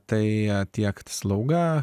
tai tiekti slaugą